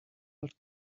els